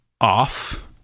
off